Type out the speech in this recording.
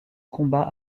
combat